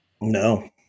No